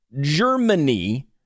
Germany